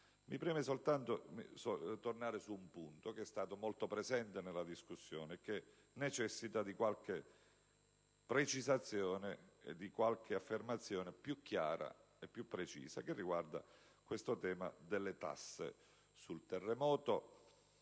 Mi preme soltanto tornare su un tema, che è stato molto presente nella discussione e che necessita di qualche precisazione e affermazione più chiara e più precisa, quello delle tasse dei terremotati.